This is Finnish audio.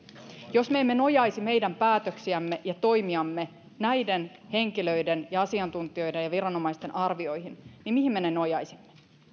jos me emme nojaisi meidän päätöksiämme ja toimiamme näiden henkilöiden ja asiantuntijoiden ja viranomaisten arvioihin niin mihin me ne nojaisimme